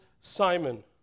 Simon